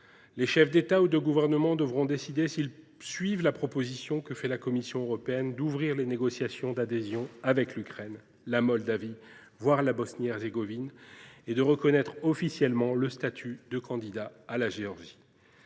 Les chefs d’État et de gouvernement devront décider s’ils suivent la proposition que fait la Commission européenne d’ouvrir les négociations d’adhésion avec l’Ukraine, la Moldavie, voire la Bosnie Herzégovine, et de reconnaître officiellement le statut de candidat à la Géorgie.